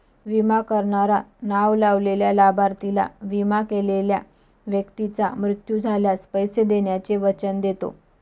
विमा करणारा नाव लावलेल्या लाभार्थीला, विमा केलेल्या व्यक्तीचा मृत्यू झाल्यास, पैसे देण्याचे वचन देतो